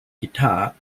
guitar